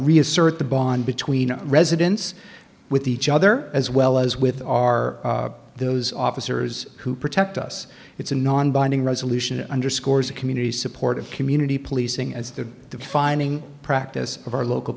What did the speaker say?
reassert the bond between residence with each other as well as with our those officers who protect us it's a nonbinding resolution it underscores a community support of community policing as the defining practice of our local